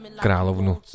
královnu